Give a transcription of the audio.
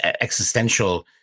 existential